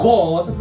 God